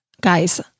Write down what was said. guys